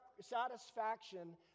satisfaction